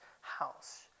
house